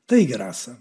taigi rasą